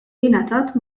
ngħatat